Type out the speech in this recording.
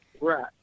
Right